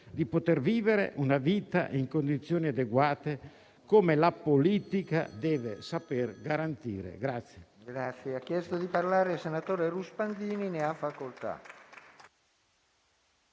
di poter vivere una vita in condizioni adeguate come la politica deve saper garantire.